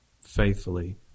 faithfully